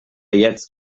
jetzt